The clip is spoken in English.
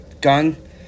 gun